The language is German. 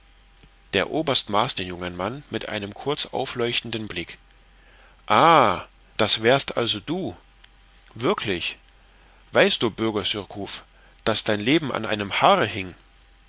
der oberst maß den jungen mann mit einem kurz aufleuchtenden blick ah das wärst also du wirklich weißt du bürger surcouf daß dein leben an einem haare hing